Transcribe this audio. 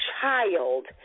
child